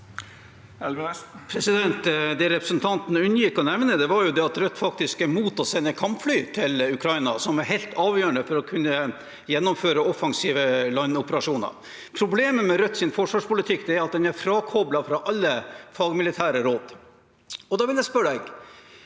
Det representanten unngikk å nevne, var at Rødt faktisk er imot å sende kampfly til Ukraina, noe som er helt avgjørende for å kunne gjennomføre offensive landoperasjoner. Problemet med Rødts forsvarspolitikk er at den er frakoblet fra alle fagmilitære råd. Da vil jeg spørre: